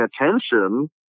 attention